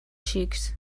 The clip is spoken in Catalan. xics